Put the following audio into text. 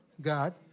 God